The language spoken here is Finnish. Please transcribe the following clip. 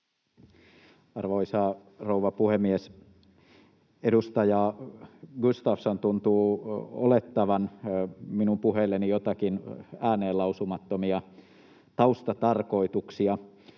Arvoisa rouva puhemies! Edustaja Gustafsson tuntuu olettavan minun puheilleni joitakin ääneen lausumattomia taustatarkoituksia.